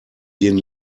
den